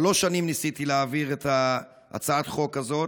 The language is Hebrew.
שלוש שנים ניסיתי להעביר את הצעת החוק הזאת.